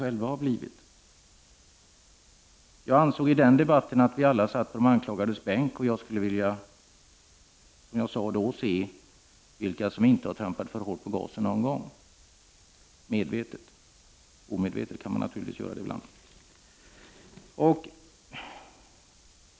Jag anförde i den debatten att jag anser att vi alla sitter på de anklagades bänk. Jag skulle vilja se vilka som inte medvetet har trampat för hårt på gasen någon gång — omedvetet kan man naturligtvis göra det ibland.